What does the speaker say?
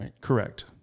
Correct